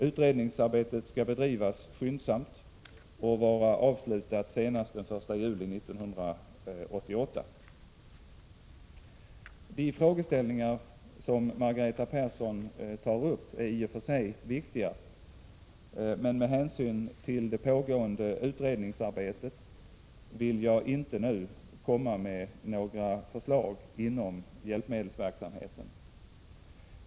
Utredningsarbetet skall bedrivas skyndsamt och vara avslutat senast den 1 juli 1988. De frågeställningar som Margareta Persson tar upp är i och för sig viktiga, men med hänsyn till det pågående utredningsarbetet vill jag inte nu komma med några förslag inom hjälpmedelsverksamheten.